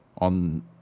on